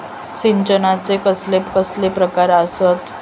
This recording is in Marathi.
सिंचनाचे कसले कसले प्रकार आसत?